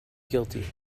guilty